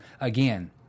again